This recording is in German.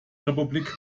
republik